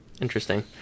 Interesting